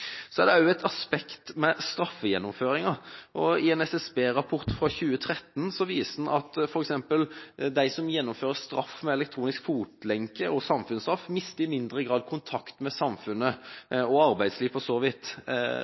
er også et aspekt ved straffegjennomføringa: En SSB-rapport fra 2013 viste f.eks. at de som gjennomfører straff med elektronisk fotlenke og samfunnsstraff, i mindre grad mister kontakt med samfunnet og arbeidslivet